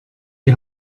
die